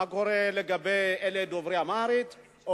מה לגבי דוברי אמהרית?